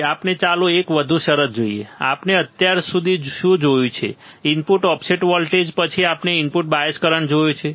હવે ચાલો એક વધુ શરત જોઈએ આપણે અત્યાર સુધી શું જોયું છે ઇનપુટ ઓફસેટ વોલ્ટેજ પછી આપણે ઇનપુટ બાયસ કરંટ જોયો છે